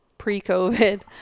pre-COVID